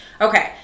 okay